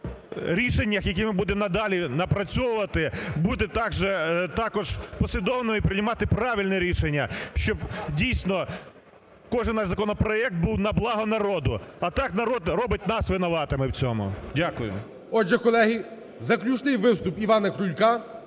рішеннях, які ми будемо надалі напрацьовувати, бути також послідовними і приймати правильні рішення, щоб, дійсно, кожен наш законопроект був на благо народу. А так, народ робить нас винуватими в цьому. Дякую. ГОЛОВУЮЧИЙ. Отже, колеги, заключний виступ Івана Крулька.